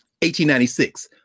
1896